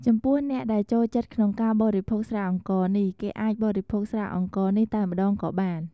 ចំពោះអ្នកដែលចូលចិត្តក្នុងការបរិភោគស្រាអង្ករនេះ គេអាចបរិភោគស្រាអង្ករនេះតែម្ដងក៏បាន។